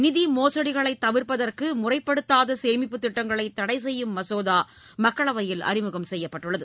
நிதி மோசடிகளை தவிர்ப்பதற்கு முறைப்படுத்தாத சேமிப்பு திட்டங்களை தடை செய்யும் மசோதா மக்களவையில் அறிமுகம் செய்யப்பட்டுள்ளது